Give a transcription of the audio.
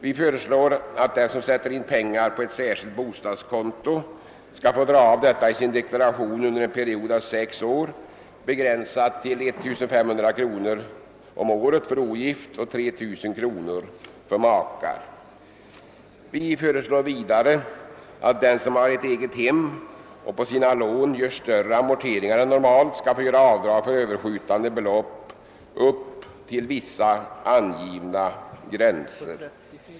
Vi föreslår att den som sätter in pengar på ett särskilt bostadskonto skall få göra avdrag härför i sin deklaration under en period av sex år, begränsat till 1500 kronor per år för ogift och 3 000 kronor per år för makar. Vidare föreslår vi att den som har ett egethem och på sina lån gör större amorteringar än normalt skall få göra avdrag för överskjutande belopp upp till vissa angivna gränser.